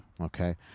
okay